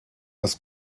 das